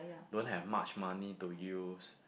don't have much money to use